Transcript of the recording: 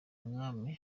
mwami